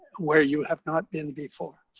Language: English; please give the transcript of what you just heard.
where you have not been before.